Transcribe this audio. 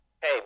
Hey